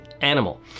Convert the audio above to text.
animal